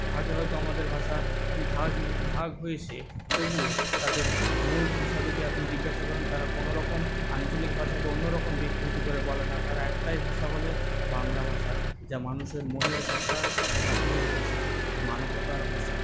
ভাগে হয়তো আমাদের ভাষা ভাগ ভাগ হয়েছে তবুও তাদের মূল ভাষা যদি আপনি জিজ্ঞাসা করেন তারা কোনোরকম আঞ্চলিক ভাষাকে অন্যরকম বিকৃতি করে বলে না তারা একটাই ভাষা বলে বাংলা ভাষা যা মানুষের মনের ভাষা স্বপ্নের ভাষা মানবতার ভাষা